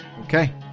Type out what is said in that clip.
Okay